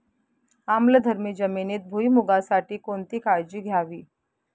आम्लधर्मी जमिनीत भुईमूगासाठी कोणती काळजी घ्यावी?